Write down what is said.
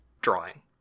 drawing